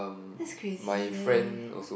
that's crazy leh